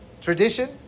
Tradition